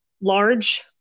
large